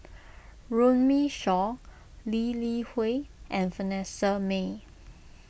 Runme Shaw Lee Li Hui and Vanessa Mae